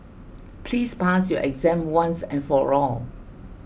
please pass your exam once and for all